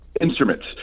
instruments